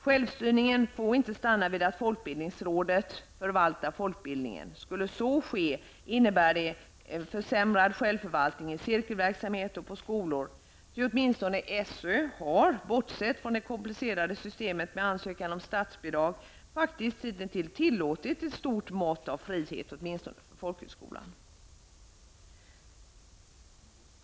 Självstyrningen får inte stanna vid att folkbildningsrådet förvaltar folkbildningen. Skulle så ske innebär det försämrad självförvaltning i cirkelverksamhet och på skolor, ty åtminstone SÖ har -- bortsett från det komplicerade systemet med ansökan omstatsbidrag -- tillåtit ett stort mått av frihet för åtminstone folkhögskolan.